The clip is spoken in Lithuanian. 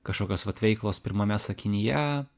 kažkokios vat veiklos pirmame sakinyje